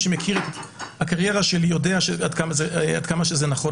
שמכיר את הקריירה שלי יודע עד כמה שזה נכון,